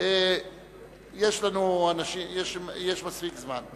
יש מספיק זמן.